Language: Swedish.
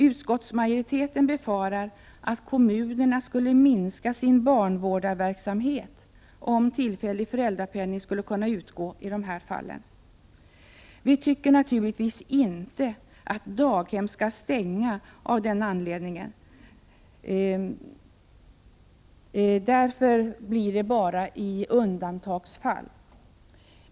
Utskottsmajoriteten befarar att kommunerna skulle minska sin barnvårdarverksamhet om tillfällig föräldrapenning skulle utgå i dessa fall. Vi tycker naturligtvis inte att daghem skall stängas av denna anledning, och därför är detta en lösning endast i undantagsfall.